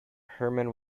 hermann